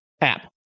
app